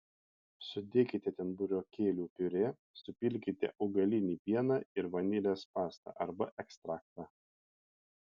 sudėkite ten burokėlių piurė supilkite augalinį pieną ir vanilės pastą arba ekstraktą